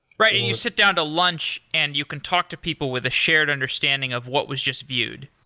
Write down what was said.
right. and you sit down to lunch and you can talk to people with a shared understanding of what was just viewed.